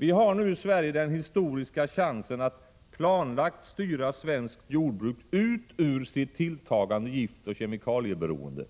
Vi har nu i Sverige den historiska chansen att planlagt styra svenskt jordbruk ut ur sitt tilltagande giftoch kemikalieberoende.